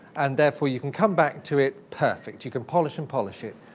and therefore, you can come back to it perfect. you can polish and polish it.